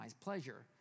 pleasure